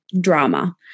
drama